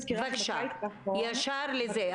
בבקשה, ישר לזה.